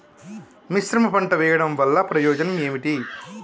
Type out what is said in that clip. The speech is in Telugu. మిశ్రమ పంట వెయ్యడం వల్ల ప్రయోజనం ఏమిటి?